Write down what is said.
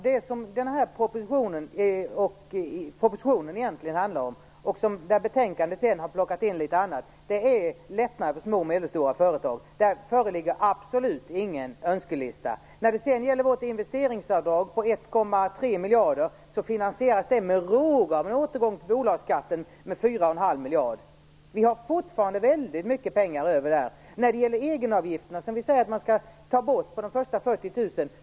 Herr talman! Det som den här propositionen egentligen handlar om - i betänkandet har man sedan plockat in litet annat - är lättnader för små och medelstora företag. Där föreligger absolut ingen önskelista. Vårt investeringsavdrag på 1,3 miljarder finansieras med råge av en återgång till bolagsskatt med 4 1⁄2 miljard.